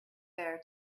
there